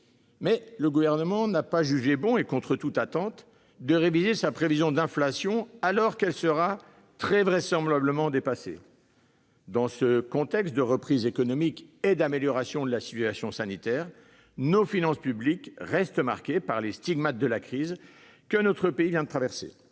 le Gouvernement n'a pas jugé bon de réviser sa prévision d'inflation, alors que celle-ci sera très vraisemblablement dépassée. Dans ce contexte de reprise économique et d'amélioration de la situation sanitaire, nos finances publiques restent marquées par les stigmates de la crise que notre pays vient de traverser.